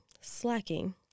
slacking